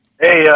Hey